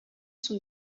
son